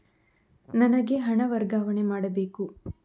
ನನಗೆ ಹಣ ವರ್ಗಾವಣೆ ಮಾಡಬೇಕು